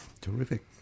Terrific